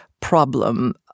problem